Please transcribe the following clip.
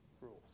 rules